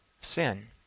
sin